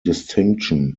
distinction